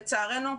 לצערנו,